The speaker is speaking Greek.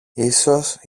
ίσως